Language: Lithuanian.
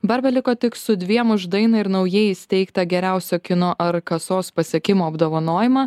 barbė liko tik su dviem už dainą ir naujai įsteigtą geriausio kino ar kasos pasiekimo apdovanojimą